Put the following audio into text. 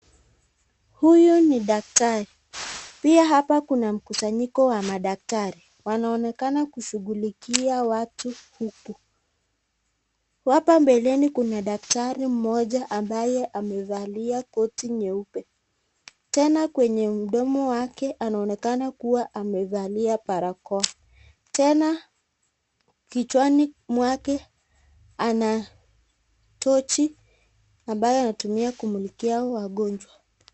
Huyu ni daktari. Pia hapa kuna mkusanyiko wa madaktari. Wanaonekana kushughulikia watu huku . Hapa mbeleni kuna daktari mmoja ambaye amevalia koti nyeupe. Tena kwenye mdo wake anaonekana kua amevalia barakoa. Tena kichwani mwake ana tochi ambaye anatumia kumumikia wagonjwa.